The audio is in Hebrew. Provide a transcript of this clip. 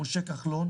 משה כחלון,